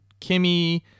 Kimmy